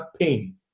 pain